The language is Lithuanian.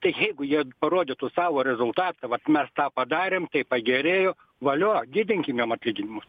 tai jeigu jie parodytų savo rezultatą vat mes tą padarėm tai pagerėjo valio didinkim jiem atlyginimus